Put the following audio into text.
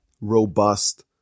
robust